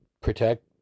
protect